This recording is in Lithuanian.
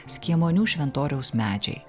skiemonių šventoriaus medžiai